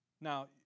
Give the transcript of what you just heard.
Now